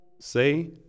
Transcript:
Say